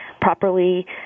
properly